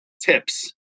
tips